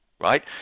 right